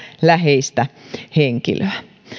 läheistä henkilöä